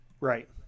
Right